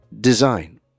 Design